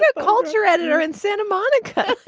ah culture editor in santa monica.